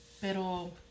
pero